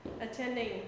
attending